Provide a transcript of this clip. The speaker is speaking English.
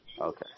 Okay